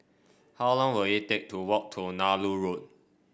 how long will it take to walk to Nallur Road